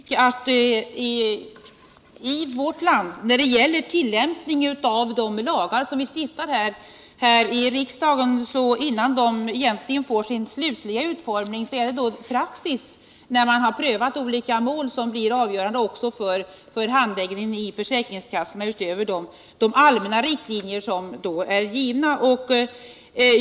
Herr talman! Jag vill understryka att praxis i vårt land när det gäller tillämpningen av de lagar som vi stiftar här i riksdagen är att de egentligen inte får sin slutliga utformning förrän man har prövat olika mål, som blir avgörande för handläggningen i försäkringskassorna utöver de allmänna riktlinjer som är givna.